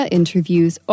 interviews